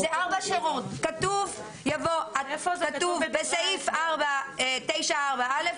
כתוב בסעיף 9(4)(א),